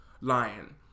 lion